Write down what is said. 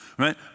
right